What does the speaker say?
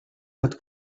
had